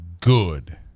good